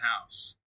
house